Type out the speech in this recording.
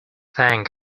thank